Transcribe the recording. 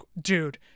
dude